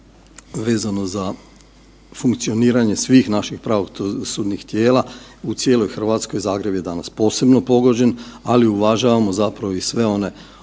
vezano za funkcioniranje svih naših pravosudnih tijela u cijeloj Hrvatskoj, Zagreb je danas posebno pogođen, ali uvažavamo i sve one